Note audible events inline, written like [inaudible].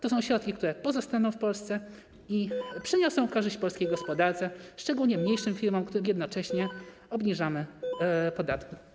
To są środki, które pozostaną w Polsce [noise] i przyniosą korzyść polskiej gospodarce, szczególnie mniejszym firmom, w których jednocześnie obniżamy podatki.